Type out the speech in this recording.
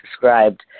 described